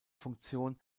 funktion